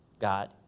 God